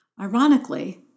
Ironically